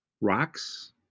rocks